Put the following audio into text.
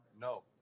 No